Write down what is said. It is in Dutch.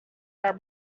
haar